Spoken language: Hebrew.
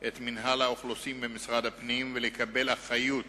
את מינהל האוכלוסין במשרד הפנים ולקבל אחריות